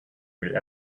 will